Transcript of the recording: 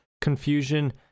Confusion